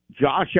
Josh